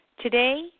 Today